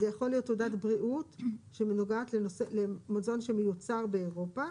זה יכול להיות הודעת בריאות שנוגעת למזון שמיוצר באירופה,